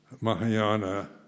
Mahayana